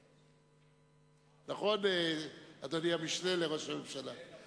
נכון, אדוני המשנה לראש הממשלה?